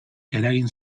eragin